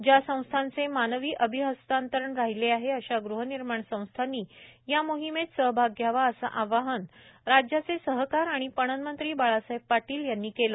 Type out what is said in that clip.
ज्या संस्थांचे मानवी अभिहस्तांतरण राहिले आहे अशा गृहनिर्माण संस्थांनी या मोहिमेत सहभाग घ्यावा असे आवाहन राज्याचे सहकार आणि पणन मंत्री बाळासाहेब पाटील यांनी केले